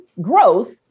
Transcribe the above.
growth